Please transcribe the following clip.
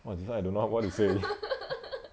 !wah! this [one] I don't know what to say already